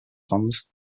fans